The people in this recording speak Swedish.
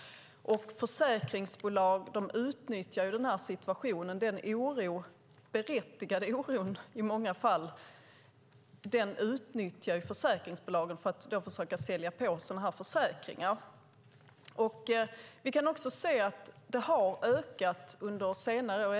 Försäkringsbolagen utnyttjar den i många fall berättigade oron för att försöka sälja på människor sådana här försäkringar. Vi kan också se att det har ökat under senare år.